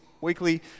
weekly